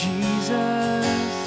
Jesus